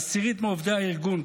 לעשירית מעובדי הארגון,